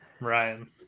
Ryan